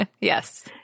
Yes